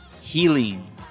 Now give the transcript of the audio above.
healing